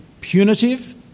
Punitive